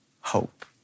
hope